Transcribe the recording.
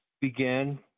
began